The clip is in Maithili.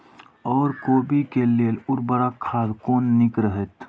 ओर कोबी के लेल उर्वरक खाद कोन नीक रहैत?